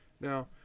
now